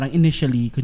initially